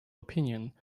opinion